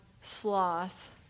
sloth